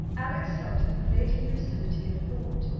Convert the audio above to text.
alex felt a pervading lucidity of thought,